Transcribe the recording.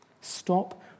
Stop